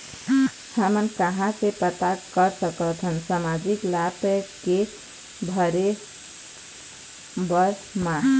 हमन कहां से पता कर सकथन सामाजिक लाभ के भरे बर मा?